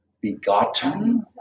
begotten